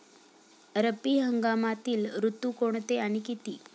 रब्बी हंगामातील ऋतू कोणते आणि किती?